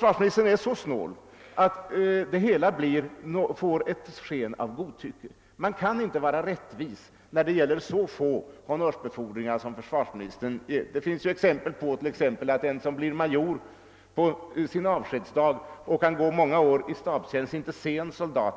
Han är så snål att det hela får ett sken av godtycke; man kan inte vara rättvis när man ger så få honnörsbefordringar. Det finns exempel på att en kapten, som fått majors avsked och som i många år därefter haft stabstjänst och inte sett en soldat,